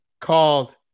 called